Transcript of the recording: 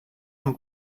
amb